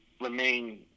remain